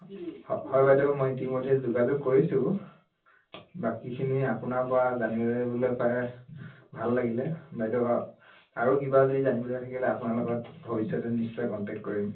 হয় বাইদেউ মই ইতিমধ্যে যোগাযোগ কৰিছোঁ বাকীখিনি আপোনাৰ পৰা জানিবলৈ পাই ভাল লাগিলে বাইদেউ আৰু কিবা যদি জানিবলৈ থাকিলে আপোনাৰ লগত ভৱিষ্যতে নিশ্চয় কণ্টক্ট কৰিম